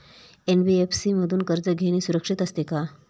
NBFC मधून कर्ज घेणे सुरक्षित असते का?